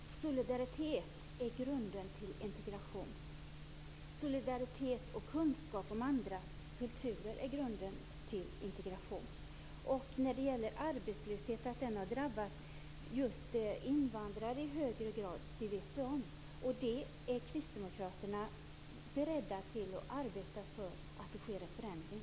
Herr talman! Solidaritet är grunden till integration. Solidaritet och kunskap om andras kulturer är grunden till integration. Att arbetslösheten i högre grad har drabbat invandrare, vet vi. Kristdemokraterna är beredda att arbeta för att det blir en förändring.